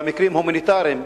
במקרים הומניטריים,